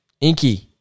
Inky